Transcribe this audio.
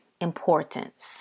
importance